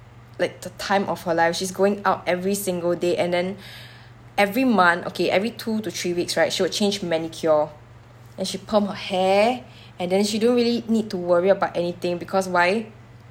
like the time of her life she's going out every single day and then every month okay every two to three weeks right she would change manicure and she perm her hair and then she don't really need to worry about anything because why